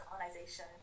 colonization